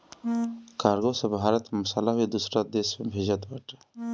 cargo से भारत मसाला भी दूसरा देस में भेजत बाटे